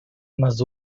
mas